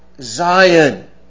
Zion